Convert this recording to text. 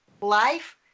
life